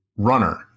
Runner